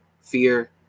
fear